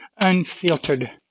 unfiltered